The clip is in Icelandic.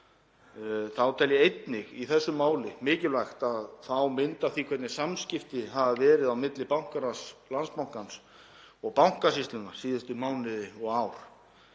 Þá tel ég einnig í þessu máli mikilvægt að fá mynd af því hvernig samskipti hafi verið á milli bankaráðs Landsbankans og Bankasýslunnar síðustu mánuði og ár.